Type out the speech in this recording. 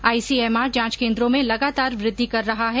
आई C M R जांच केंद्रो में लगातार वृद्धि कर रहा है